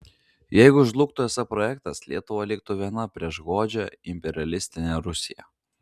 jeigu žlugtų es projektas lietuva liktų viena prieš godžią imperialistinę rusiją